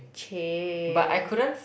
!chey!